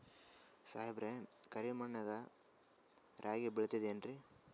ಸಾಹೇಬ್ರ, ಕರಿ ಮಣ್ ನಾಗ ರಾಗಿ ಬೆಳಿತದೇನ್ರಿ?